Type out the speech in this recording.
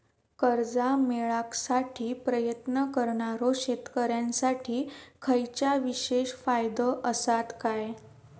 कर्जा मेळाकसाठी प्रयत्न करणारो शेतकऱ्यांसाठी खयच्या विशेष फायदो असात काय?